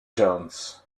jones